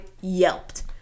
yelped